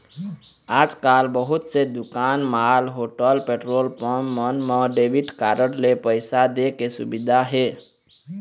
आजकाल बहुत से दुकान, मॉल, होटल, पेट्रोल पंप मन म डेबिट कारड ले पइसा दे के सुबिधा हे